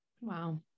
Wow